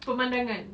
permandangan